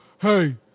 Hey